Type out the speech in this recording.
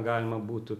galima būtų